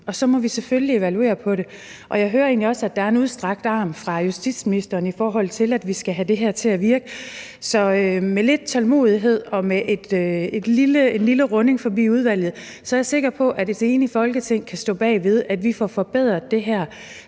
og så må vi selvfølgelig evaluere på det. Jeg hører egentlig også, at der er en udstrakt arm fra justitsministeren, i forhold til at vi skal have det her til at virke. Så med lidt tålmodighed og med det, at det lige runder udvalget, er jeg sikker på, at et enigt Folketing kan stå bag ved, at vi får forbedret det her,